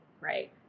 right